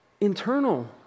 internal